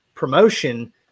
promotion